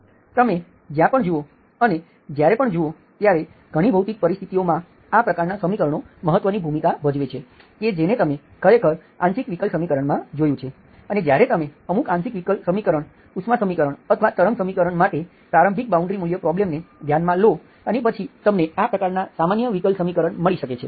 તમે જ્યાં પણ જુઓ અને જ્યારે પણ જુઓ ત્યારે ઘણી ભૌતિક પરિસ્થિતિઓમાં આ પ્રકારના સમીકરણો મહત્વની ભૂમિકા ભજવે છે કે જેને તમે ખરેખર આંશિક વિકલ સમીકરણમાં જોયું છે અને જ્યારે તમે અમુક આંશિક વિકલ સમીકરણ ઉષ્મા સમીકરણ અથવા તરંગ સમીકરણ માટે પ્રારંભિક બાઉન્ડ્રી મૂલ્ય પ્રોબ્લેમને ધ્યાનમાં લો અને પછી તમને આ પ્રકારના સામાન્ય વિકલ સમીકરણ મળી શકે છે